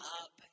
up